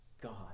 God